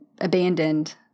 abandoned